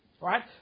right